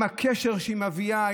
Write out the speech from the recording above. עם הקשר שהיא מביאה,